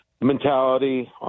mentality